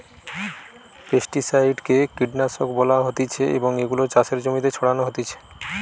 pesticide কে কীটনাশক বলা হতিছে এবং এগুলো চাষের জমিতে ছড়ানো হতিছে